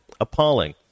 appalling